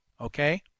okay